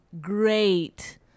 great